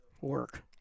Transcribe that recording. work